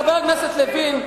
חבר הכנסת לוין,